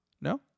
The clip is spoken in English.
No